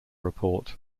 report